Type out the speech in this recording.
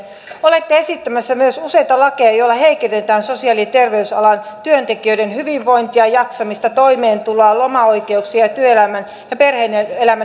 olette esittämässä myös useita lakeja joilla heikennetään sosiaali ja terveysalan työntekijöiden hyvinvointia jaksamista toimeentuloa lomaoikeuksia ja työelämän ja perhe elämän yhteensovittamista